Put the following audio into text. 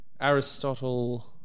Aristotle